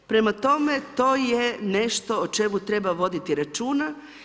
Prema tome, to je nešto o čemu treba voditi računa.